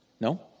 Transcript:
No